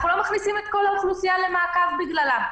אנחנו לא מכניסים את כל האוכלוסייה למעקב בגללם.